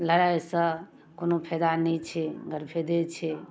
लड़ाइसँ कोनो फायदा नहि छै गरफाइदे छै